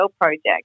Project